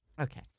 Okay